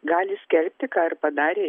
gali skelbti ką ir padarė